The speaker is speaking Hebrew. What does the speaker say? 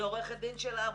זה עורך הדין של העמותות.